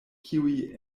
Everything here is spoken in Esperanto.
kiuj